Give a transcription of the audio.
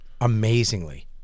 amazingly